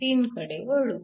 3 कडे वळू